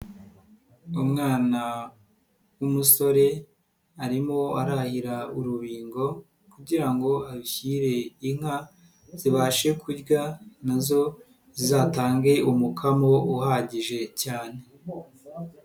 Umwana w'umusore, arimo arahira urubingo kugira ngo ashyire inka zibashe kurya na zo zizatange umukamo uhagije cyane.